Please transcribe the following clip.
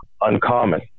uncommon